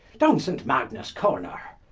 downe saint magnes corner,